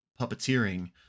puppeteering